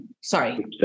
Sorry